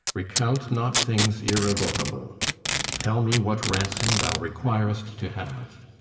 recount not things irrevocable tell me what ransom thou requirest to have.